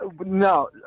no